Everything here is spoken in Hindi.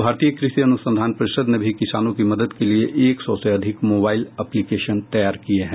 भारतीय कृषि अनुसंधान परिषद ने भी किसानों की मदद के लिए एक सौ से अधिक मोबाइल एप्लीकेशन तैयार किए हैं